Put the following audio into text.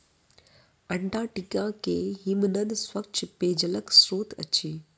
Antarctica के हिमनद स्वच्छ पेयजलक स्त्रोत अछि